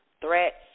threats